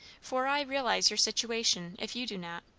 for i realize your situation, if you do not.